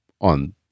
on